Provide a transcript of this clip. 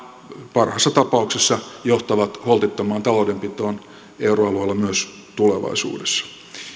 parhaassa tapauksessa johtavat holtittomaan taloudenpitoon euroalueella myös tulevaisuudessa